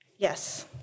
Yes